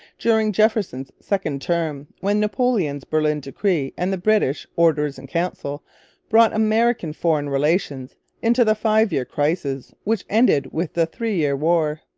during jefferson's second term, when napoleon's berlin decree and the british. orders-in-council brought american foreign relations into the five-year crisis which ended with the three-year war.